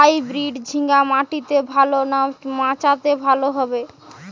Hybrid ঝিঙ্গা মাটিতে ভালো না মাচাতে ভালো ফলন?